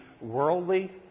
worldly